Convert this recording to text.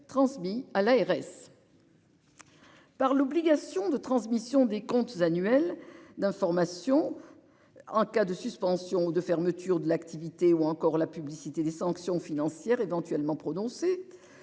transmis à l'ARS. Par l'obligation de transmission des comptes annuels d'information. En cas de suspension de fermeture de l'activité ou encore la publicité des sanctions financières éventuellement prononcer.